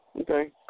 Okay